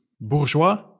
bourgeois